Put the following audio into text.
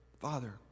Father